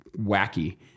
wacky